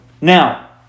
Now